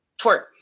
twerk